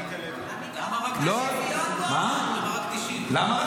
למה רק 90?